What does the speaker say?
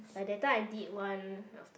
like that time I did one after